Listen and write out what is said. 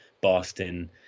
Boston